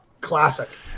classic